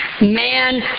man